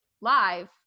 live